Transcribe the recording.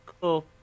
cool